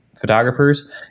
photographers